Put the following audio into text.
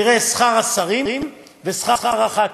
תראה את שכר השרים ושכר חברי הכנסת.